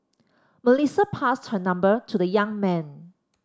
Melissa passed her number to the young man